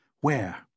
Where